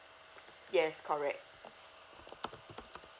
yes correct